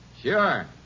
Sure